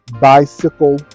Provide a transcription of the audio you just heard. Bicycle